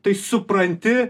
tai supranti